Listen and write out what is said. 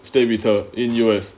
stay with her in U_S